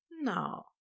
No